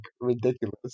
ridiculous